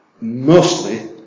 mostly